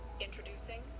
introducing